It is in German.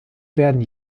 werden